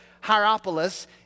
Hierapolis